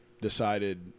Decided